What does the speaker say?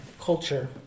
culture